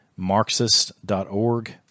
marxist.org